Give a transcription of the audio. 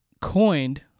coined